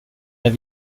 jag